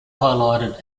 highlighted